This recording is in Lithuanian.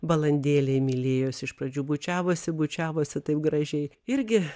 balandėliai mylėjosi iš pradžių bučiavosi bučiavosi taip gražiai irgi